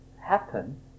happen